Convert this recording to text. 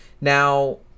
now